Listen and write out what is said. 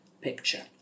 picture